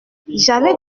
j’avais